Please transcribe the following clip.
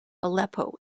aleppo